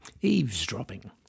eavesdropping